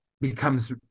becomes